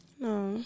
No